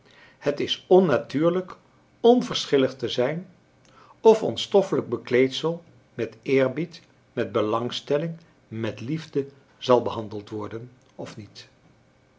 het is onnatuurlijk onverschillig te zijn of ons stoffelijk bekleedsel met eerbied met belangstelling met liefde zal behandeld worden of niet